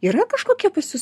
yra kažkokie pas jus